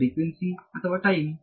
frequency ಅಥವಾ time